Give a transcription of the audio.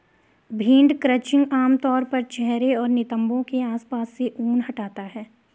भेड़ क्रचिंग आम तौर पर चेहरे और नितंबों के आसपास से ऊन हटाना है